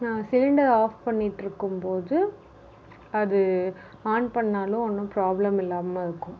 cylinder off பண்ணிட்டிருக்கும்போது அது on பண்ணிணாலும் ஒன்றும் ப்ராப்ளம் இல்லாமல் இருக்கும்